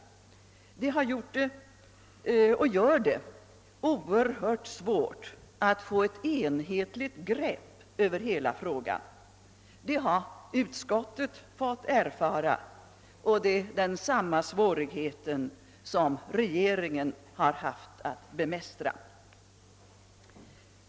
Detta har gjort och gör det oerhört svårt att få ett enhetligt grepp över hela frågan. Det har utskottet fått erfara och det är samma svårigheter som regeringen har haft att bemästra.